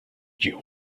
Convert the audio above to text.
you